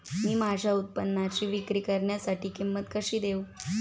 मी माझ्या उत्पादनाची विक्री करण्यासाठी किंमत कशी देऊ?